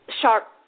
sharp